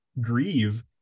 grieve